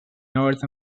north